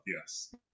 yes